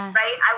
right